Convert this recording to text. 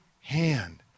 hand